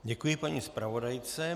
Děkuji paní zpravodajce.